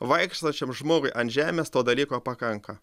vaikštančiam žmogui ant žemės to dalyko pakanka